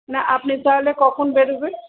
না আপনি তাহলে কখন বেরোবেন